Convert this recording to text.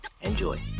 enjoy